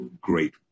Great